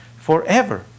forever